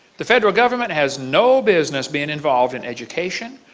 the federal government has no business being involved in education.